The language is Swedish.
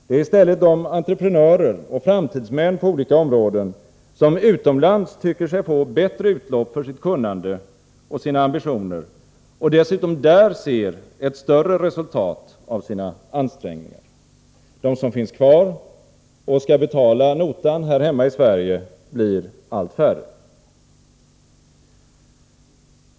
Det är i stället de entreprenörer och framtidsmän på olika områden som utomlands tycker sig få bättre utlopp för sitt kunnande och sina ambitioner och dessutom där ser ett större resultat av sina ansträngningar. De som finns kvar och skall betala notan här hemma i Sverige blir allt färre.